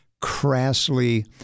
crassly